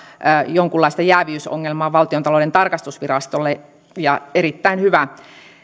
minkäänlaista jääviysongelmaa valtiontalouden tarkastusvirastolle ja erittäin